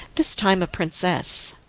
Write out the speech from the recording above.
this time a princess.